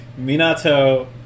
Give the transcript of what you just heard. Minato